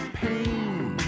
pain